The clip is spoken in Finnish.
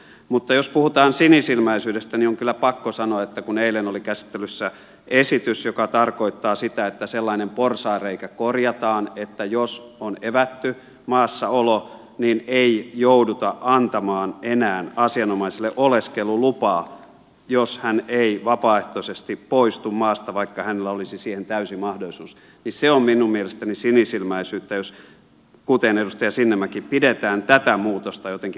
mutta jos puhutaan sinisilmäisyydestä niin on kyllä pakko sanoa että kun eilen oli käsittelyssä esitys joka tarkoittaa sitä että sellaisessa tapauksessa jossa on evätty maassaolo korjataan porsaanreikä siten että ei jouduta antamaan enää asianomaiselle oleskelulupaa jos hän ei vapaaehtoisesti poistu maasta vaikka hänellä olisi siihen täysi mahdollisuus niin se on minun mielestäni sinisilmäisyyttä jos kuten edustaja sinnemäki pidetään tätä muutosta jotenkin perusteettomana ja huonona